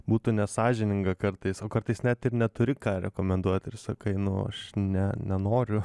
būtų nesąžininga kartais o kartais net neturi ką rekomenduot ir sakai nu aš ne nenoriu